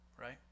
right